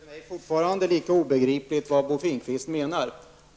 Herr talman! Fortfarande är det obegripligt för mig vad Bo Finnkvist menar.